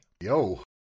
Yo